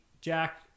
Jack